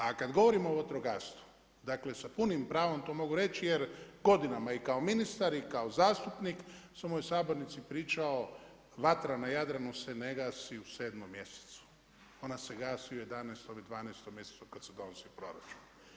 A kada govorimo o vatrogastvu, dakle sa punim pravom to mogu reći jer godinama i kao ministar i kao zastupnik sam u ovoj sabornici pričao vatra na Jadranu se ne gasi u 7. mjesecu, ona se gasi u 11. i 12. mjesecu kada se donosi proračun.